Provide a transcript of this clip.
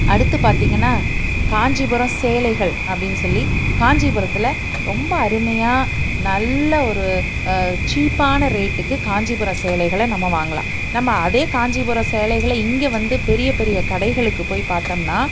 அடுத்தது பார்த்திங்கன்னா காஞ்சிபுரம் சேலைகள் அப்படின்னு சொல்லி காஞ்சிபுரத்தில் ரொம்ப அருமையான நல்ல ஒரு சீப்பான ரேட்டுக்கு காஞ்சிபுரம் சேலைகளை நம்ம வாங்கலாம் நம்ம அதே காஞ்சிபுரம் சேலைகளை இங்கே வந்து பெரிய பெரிய கடைகளுக்குப் போய் பார்த்தம்னா